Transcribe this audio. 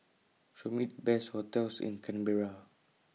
Show Me Best hotels in Canberra